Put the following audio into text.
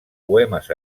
poemes